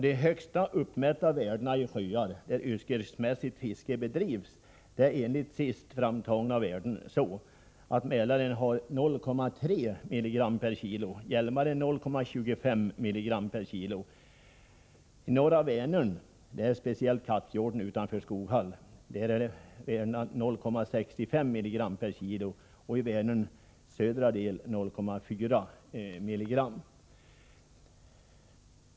De högsta uppmätta värdena i sjöar där yrkesmässigt fiske bedrivs är enligt senaste uppgifter följande: Mälaren 0,3 mg kg, norra Vänern — speciellt Kattfjorden utanför Skoghall — 0,65 mg kg.